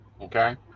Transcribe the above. Okay